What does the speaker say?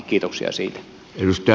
kiitoksia siitä